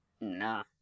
No